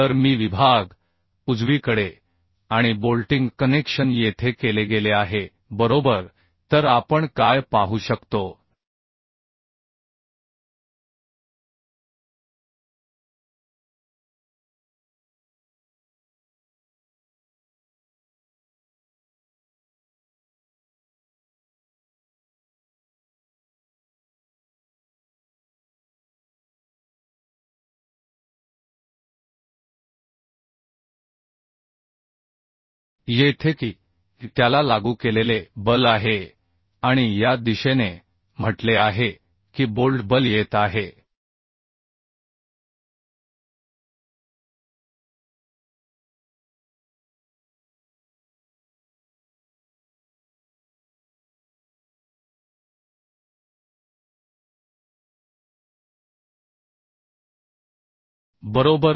तर मी विभाग आणि बोल्टिंग कनेक्शन येथे केले गेले आहे बरोबर तर आपण काय पाहू शकतो येथे की त्याला लागू केलेले बल आहे आणि या दिशेने म्हटले आहे की बोल्ट बल येत आहे बरोबर